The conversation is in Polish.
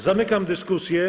Zamykam dyskusję.